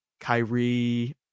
Kyrie